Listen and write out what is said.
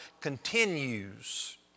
continues